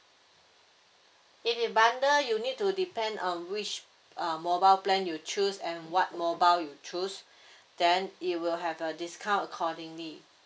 if it bundle you need to depend on which uh mobile plan you choose and what mobile you choose then you will have a discount accordingly